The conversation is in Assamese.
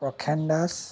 প্ৰশেন দাস